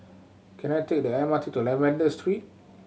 can I take the M R T to Lavender Street